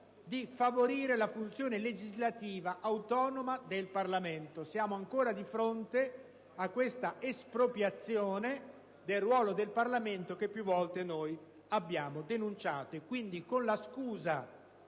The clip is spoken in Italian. di favorire la funzione legislativa autonoma del Parlamento. Siamo ancora di fronte a quell'espropriazione del ruolo del Parlamento che più volte abbiamo denunciato. Pertanto, con la scusa